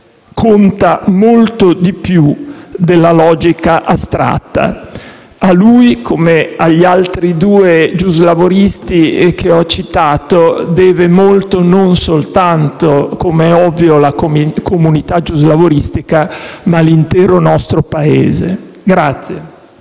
conta molto di più della logica astratta. A lui, come agli altri due giuslavoristi dei quali ho fatto cenno, deve molto non soltanto, come è ovvio, la comunità giuslavoristica, ma anche l'intero nostro Paese.